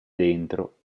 dentro